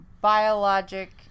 biologic